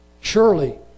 surely